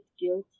guilty